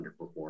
underperform